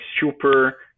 super